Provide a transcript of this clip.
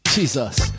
Jesus